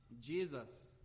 Jesus